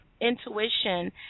intuition